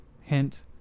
Hint